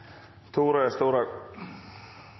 Tore Storehaug